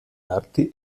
arti